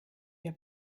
wir